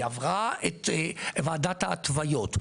היא עברה את ועדת ההתוויות.